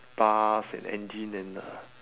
bus and engine and uh